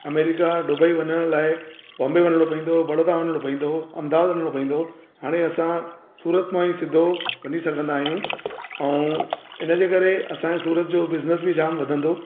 America Dubai वञण लाइ बॉम्बे वञिणो पवंदो हुओ बड़ौदा अहमदाबाद वञिणो पवंदो हुओ हाणे असां सूरत मां ई सिधो वञी सघंदा आहियूं ऐं इन जे करे असांजो सूरत जो बिज़निस बि जाम वधंदो